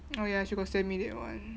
oh ya she got send me that one